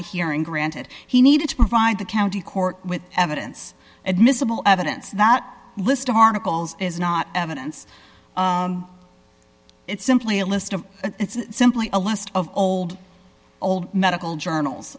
hearing granted he needed to provide the county court with evidence admissible evidence that list of articles is not evidence it's simply a list of it's simply a list of old old medical journals